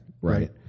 Right